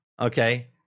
okay